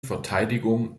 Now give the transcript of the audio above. verteidigung